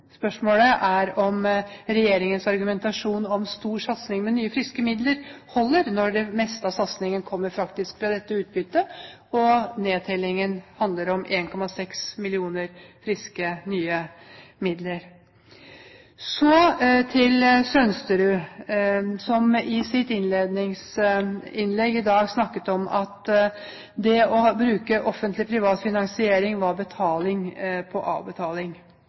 Spørsmålet er om regjeringens argumentasjon om stor satsing med nye friske midler holder når det meste av satsingen faktisk kommer fra dette utbyttet, og nedtellingen handler om 1,6 mill. kr i friske, nye midler. Så til Sønsterud, som i sitt innledningsinnlegg i dag snakket om at det å bruke offentlig–privat finansiering var betaling på avbetaling.